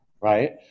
right